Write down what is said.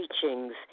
teachings